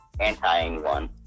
anti-anyone